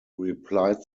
replied